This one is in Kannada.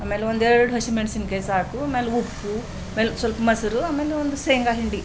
ಆಮೇಲೆ ಒಂದೆರಡು ಹಸಿ ಮೆಣಸಿನಕಾಯಿ ಸಾಕು ಆಮೇಲೆ ಉಪ್ಪು ಆಮೇಲೆ ಸ್ವಲ್ಪ ಮೊಸರು ಆಮೇಲೆ ಒಂದು ಶೇಂಗ ಹಿಂಡಿ